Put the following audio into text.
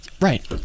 Right